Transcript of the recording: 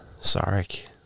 Sarek